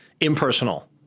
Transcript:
impersonal